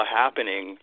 happening